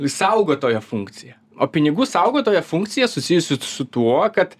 saugotojo funkciją o pinigų saugotojo funkcija susijusi su tuo kad